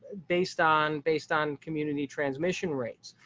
based on based on community transmission rates.